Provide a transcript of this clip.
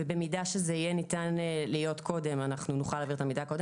ובמידה וניתן לעשות את זה קודם אנחנו נוכל להעביר את המידע קודם.